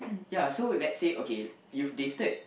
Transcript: ya so let's say okay you've dated